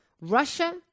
Russia